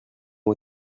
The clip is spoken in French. ont